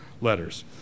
letters